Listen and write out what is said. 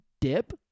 dip